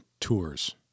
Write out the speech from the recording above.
tours